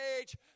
age